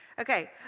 Okay